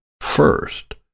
first